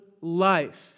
life